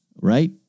Right